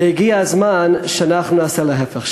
הגיע הזמן שאנחנו נעשה להפך,